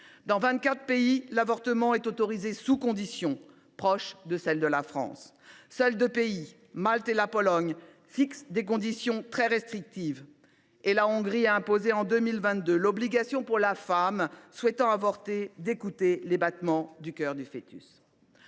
Dans 24 pays, l’avortement est autorisé sous conditions – proches de celles qui existent en France. Seuls deux pays, Malte et la Pologne, fixent des conditions très restrictives, et la Hongrie a imposé, en 2022, l’obligation pour la femme souhaitant avorter d’écouter les battements de cœur du fœtus.